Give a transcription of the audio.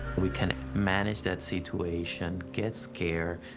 we can manage that situation, get scared,